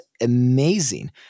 amazing